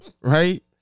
right